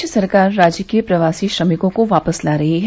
प्रदेश सरकार राज्य के प्रवासी श्रमिकों को वापस ला रही है